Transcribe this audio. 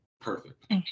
Perfect